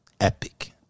epic